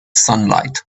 sunlight